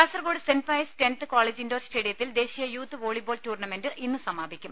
Kasaragod saint Pius tenth college indoor സ്റ്റേഡിയത്തിൽ ദേശീയ youth volleyball tournament ഇന്ന് സമാപിക്കും